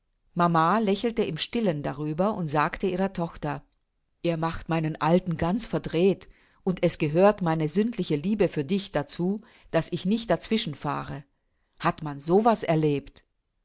mama lächelte im stillen darüber und sagte ihrer tochter ihr macht meinen alten ganz verdreht und es gehört meine sündliche liebe für dich dazu daß ich nicht dazwischen fahre hat man so was erlebt